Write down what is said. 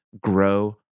grow